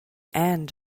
end